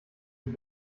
die